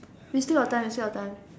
we still got time we still got time